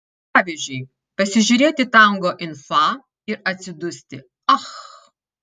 pavyzdžiui pasižiūrėti tango in fa ir atsidusti ach